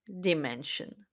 dimension